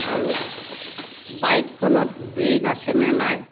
আৰু বাইকখনত ব্ৰেক আছেনে নাই